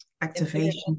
activation